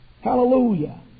Hallelujah